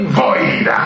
void